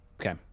Okay